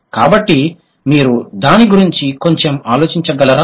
కాబట్టి మీరు దాని గురించి కొంచెం ఆలోచించగలరా